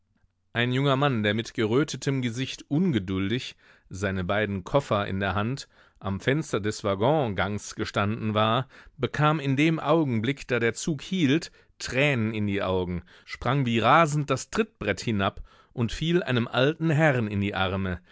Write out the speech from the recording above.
ein junger mann der mit gerötetem gesicht ungeduldig seine beiden koffer in der hand am fenster des waggongangs gestanden war bekam in dem augenblick da der zug hielt tränen in die augen sprang wie rasend das trittbrett hinab und fiel einem alten herrn in die arme